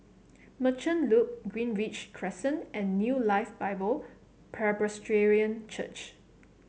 Merchant Loop Greenridge Crescent and New Life Bible Presbyterian Church